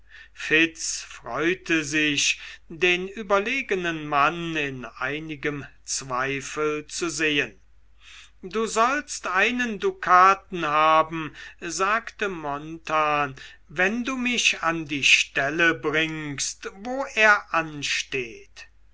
freute sich den überlegenen mann in einigem zweifel zu sehen du sollst einen dukaten haben sagte montan wenn du mich an die stelle bringst wo er ansteht